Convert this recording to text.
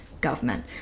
government